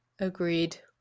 Agreed